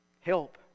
help